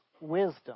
wisdom